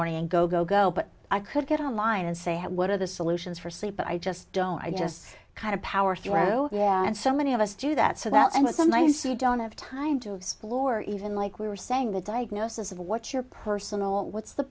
morning go go go but i could get online and say what are the solutions for sleep but i just don't i just kind of power through yeah and so many of us do that so that i'm not someone you don't have time to explore even like we were saying the diagnosis of what your personal what's the